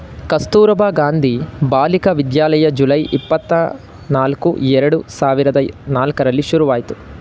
Kasturba Gandhi Balika Vidyalaya July, ಇಪ್ಪತನಲ್ಕ್ರ ಎರಡು ಸಾವಿರದ ನಾಲ್ಕರಲ್ಲಿ ಶುರುವಾಯ್ತು